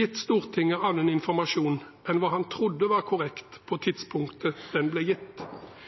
gitt Stortinget annen informasjon enn hva han trodde var korrekt på